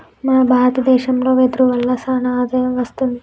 మన భారత దేశంలో వెదురు వల్ల సానా ఆదాయం వస్తుంది